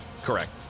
Correct